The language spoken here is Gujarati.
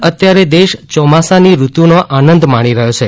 હાલ અત્યારે દેશ ચોમાસાની ઋતુનો આનંદ માણી રહ્યો છે